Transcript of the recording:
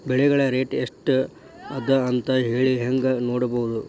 ಬೆಳೆಗಳ ರೇಟ್ ಎಷ್ಟ ಅದ ಅಂತ ಹೇಳಿ ಹೆಂಗ್ ನೋಡುವುದು?